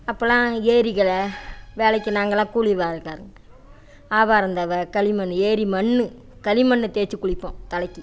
அப்பலாம் ஏரிக்கரை வேலைக்கு நாங்கள்லாம் கூலி வேலைக்காரங்க ஆவாரந்தழை களிமண் ஏரி மண் களிமண் தேய்ச்சு குளிப்போம் தலைக்கு